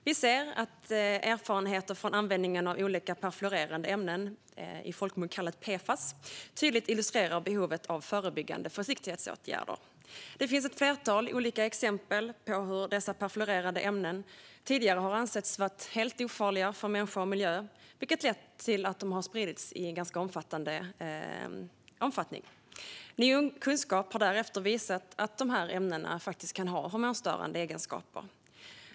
Vi ser att erfarenheter från användningen av olika perfluorerade ämnen, i folkmun kallade PFAS, tydligt illustrerar behovet av förebyggande försiktighetsåtgärder. Kommissionens meddelande om en EU-ram för hormon-störande ämnen Det finns ett flertal exempel på hur perfluorerade ämnen tidigare har ansetts vara helt ofarliga för människa och miljö, vilket har lett till att de har spridits i stor omfattning. Ny kunskap har därefter visat att dessa ämnen faktiskt kan ha hormonstörande egenskaper.